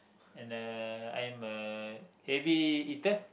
and uh I am a heavy eater